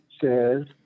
says